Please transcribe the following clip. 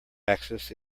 axis